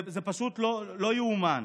זה פשוט לא יאומן.